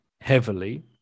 heavily